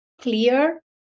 clear